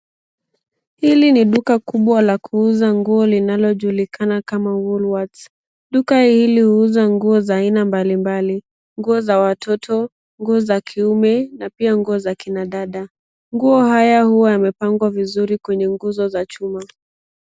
Hili ni duka kubwa la kuuza nguo linalojulikana kama Woolworths. Duka hili huuza nguo za aina mbalimbali. Nguo za watoto, nguo za kiume na pia nguo za kina dada. Nguo haya huwa yamepangwa vizuri kwenye nguzo za chuma.